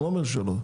אני לא אומר שלא.